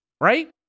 Right